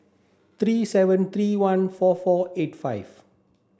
three seven three one four four eight five